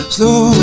Slow